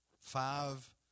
five